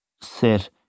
sit